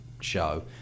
show